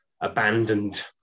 abandoned